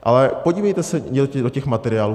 Ale podívejte se do těch materiálů.